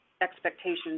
expectations